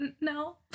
no